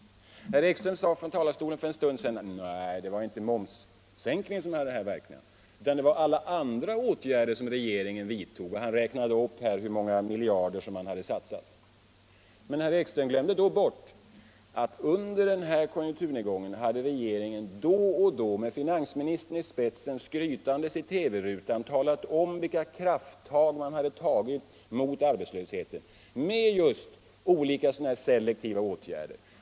Herr Ekström sade för en stund sedan att det inte var momssänkningen som hade dessa verkningar, utan att det var alla andra åtgärder som regeringen vidtog. Och så räknade han upp hur många miljarder man hade satsat. Men herr Ekström glömde att under denna konjunkturnedgång hade regeringen då och då med finansministern i spetsen skrytande i TV-rutan talat om vilka krafttag man hade tagit mot arbetslösheten just med olika selektiva åtgärder.